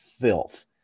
filth